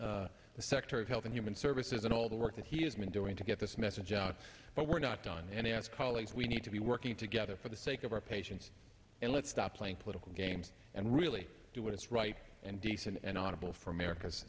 the secretary of health and human services and all the work that he has been doing to get this message out but we're not done and ask colleagues we need to be working together for the sake of our patients and let's stop playing political game and really do what is right and decent and honorable for america's